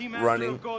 running